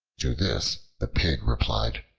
to this the pig replied,